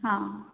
ହଁ